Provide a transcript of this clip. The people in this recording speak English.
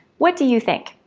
what do you think?